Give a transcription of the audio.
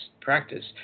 practice